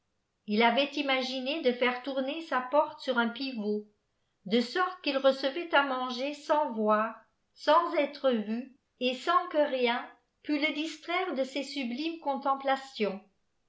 il avait imaginé de faire tourner sa porte sur un pivot de sorte qu'il recevait à manger sans voir sans être vu et sans que rien pût le distraire de ses sublimes contemplations